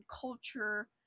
culture